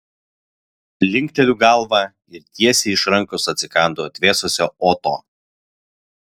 linkteliu galvą ir tiesiai iš rankos atsikandu atvėsusio oto